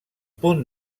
punt